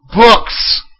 books